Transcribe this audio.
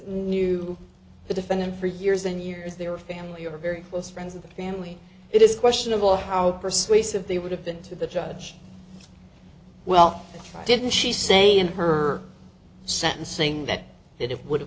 knew the defendant for years and years they were family or very close friends of the family it is questionable how persuasive they would have been to the judge well didn't she say in her sentencing that it would have